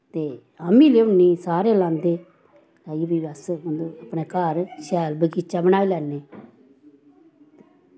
ते अमीं लेऔनी सारे लांदे अस बी बस अपनै घर शैल बगीचा बनाई लैन्ने